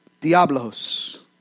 Diablos